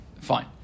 Fine